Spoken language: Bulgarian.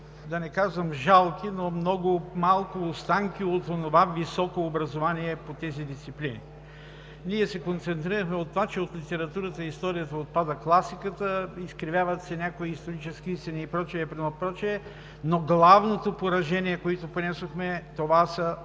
да не казвам жалки, но много малки останки от онова високо образование по тези дисциплини. Ние се концентрирахме върху това, че от литературата и историята отпада класиката, изкривяват се някои исторически истини и прочее, и прочее, но главните поражения, които понесохме, това са